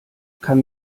kann